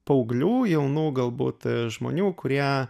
paauglių jaunų galbūt žmonių kurie